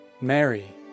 Mary